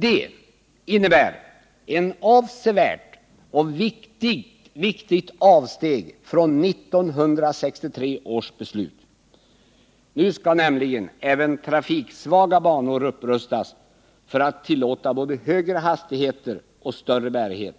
Det innebär ett avsevärt och viktigt avsteg från 1963 års beslut. Nu skall nämligen även trafiksvaga banor upprustas för att tillåta både högre hastigheter och större bärighet.